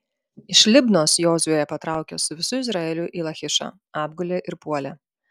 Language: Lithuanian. iš libnos jozuė patraukė su visu izraeliu į lachišą apgulė ir puolė